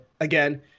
again